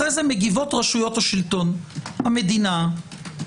אחרי זה מגיבות רשויות השלטון, המדינה,